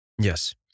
Yes